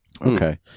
Okay